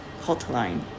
hotline